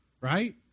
right